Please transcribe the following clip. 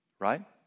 Right